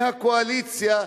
מהקואליציה,